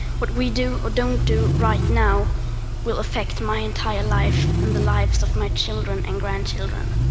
what we do or don't do right now will affect my entire life and the lives of my children and grandchildren.